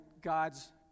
God's